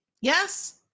Yes